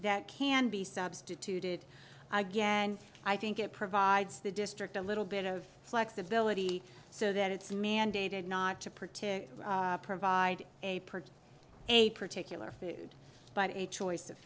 that can be substituted again i think it provides the district a little bit of flexibility so that it's mandated not to particular provide a a particular food by a choice of